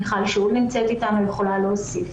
מיכל שאול נמצאת אתנו והיא יכולה להוסיף.